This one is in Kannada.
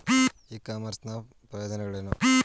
ಇ ಕಾಮರ್ಸ್ ನ ಪ್ರಯೋಜನಗಳೇನು?